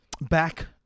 back